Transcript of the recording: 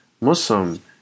Muslim